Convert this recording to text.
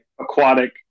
aquatic